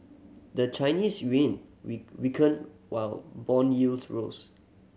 the Chinese yuan we weakened while bond yields rose